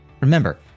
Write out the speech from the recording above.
Remember